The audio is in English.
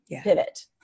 pivot